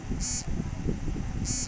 ভোক্তা পণ্যের বিতরণের মাধ্যম কী হওয়া উচিৎ?